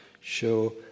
Show